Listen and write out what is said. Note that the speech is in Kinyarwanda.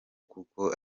kuko